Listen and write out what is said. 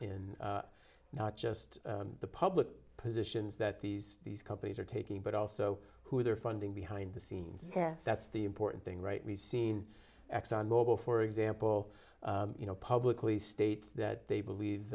in not just the public positions that these these companies are taking but also who they're funding behind the scenes that's the important thing right we've seen exxon mobil for example you know publicly state that they believe